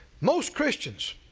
most christians,